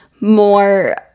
more